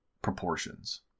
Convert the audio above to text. proportions